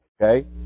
okay